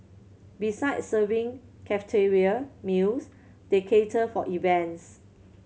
besides serving cafeteria meals they cater for events